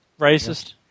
Racist